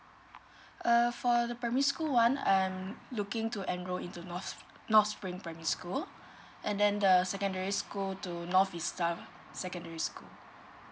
err for the primary school [one] I'm looking to enroll into north north spring primary school and then the secondary school to north vista secondary school